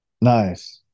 nice